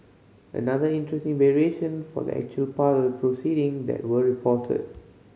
another interesting variation for the actual part proceeding that were reported